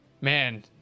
man